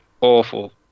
awful